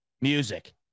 music